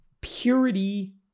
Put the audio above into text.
purity